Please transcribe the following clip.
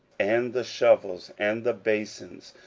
and the shovels, and the basons.